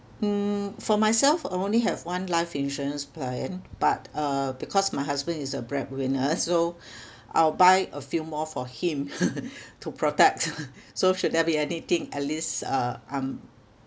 mm for myself I only have one life insurance plan but uh because my husband is the breadwinner so I'll buy a few more for him to protect so should there be anything at least uh I'm